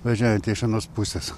važiuojantį iš anos pusės